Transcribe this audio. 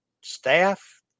staff